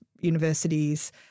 universities